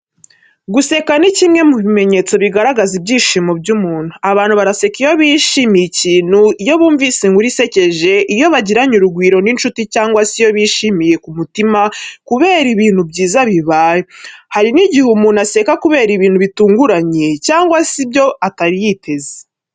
Guseka ni kimwe mu bimenyetso bigaragaza ibyishimo by’umuntu. Abantu baraseka iyo bishimiye ikintu, iyo bumvise inkuru isekeje, iyo bagiranye urugwiro n’inshuti cyangwa se iyo bishimye ku mutima kubera ibintu byiza bibaye. Hari n’igihe umuntu aseka kubera ibintu bitunguranye cyangwa se ibyo atari yiteze.